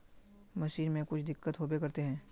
Machine में कुछ दिक्कत होबे करते है?